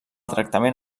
tractament